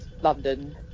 London